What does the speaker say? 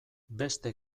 beste